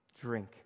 drink